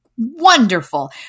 wonderful